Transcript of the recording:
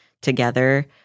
together